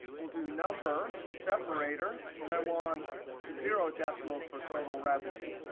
we'll do number, separator. and i want zero decimals for total revenue.